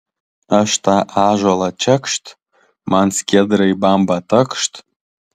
aš tą ąžuolą čekšt man skiedra į bambą takšt